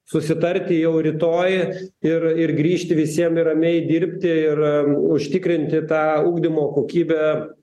susitarti jau rytoj ir ir grįžti visiems ir ramiai dirbti ir užtikrinti tą ugdymo kokybę